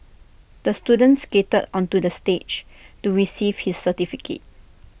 the student skated onto the stage to receive his certificate